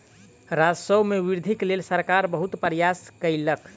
राजस्व मे वृद्धिक लेल सरकार बहुत प्रयास केलक